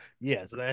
Yes